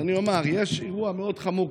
אז אני אומר: יש אירוע מאוד חמור,